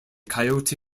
coyote